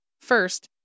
First